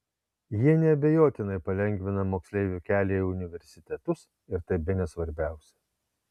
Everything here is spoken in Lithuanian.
jie neabejotinai palengvina moksleivių kelią į universitetus ir tai bene svarbiausia